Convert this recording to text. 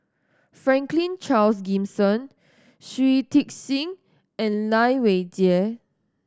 Franklin Charles Gimson Shui Tit Sing and Lai Weijie